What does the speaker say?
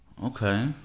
Okay